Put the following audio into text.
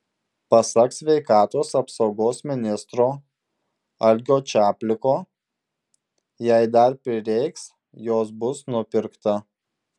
pasak sveikatos apsaugos ministro algio čapliko jei dar prireiks jos bus nupirkta